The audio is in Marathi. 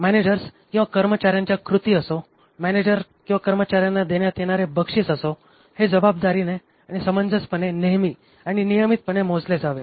मॅनेजर्स किंवा कर्मचाऱ्यांच्या कृती असो मॅनेजर्स किंवा कर्मचाऱ्यांना देण्यात येणारे बक्षीस असो हे जबाबदारीने आणि समंजसपणे नेहमी आणि नियमितपणे मोजले जावे